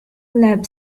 lab